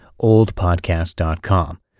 oldpodcast.com